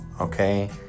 okay